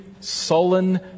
sullen